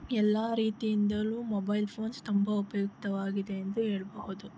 ಎಲ್ಲ ರೀತಿಯಿಂದಲೂ mobile phones ತುಂಬ ಉಪಯುಕ್ತವಾಗಿದೆ ಎಂದು ಹೇಳಬಹುದು